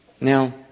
Now